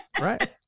Right